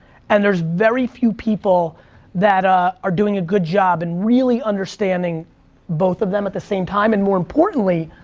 and there's very few people that ah are doing a good job and really understanding both of them at the same time and more importantly,